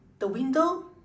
the window